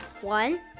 One